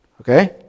Okay